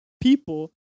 people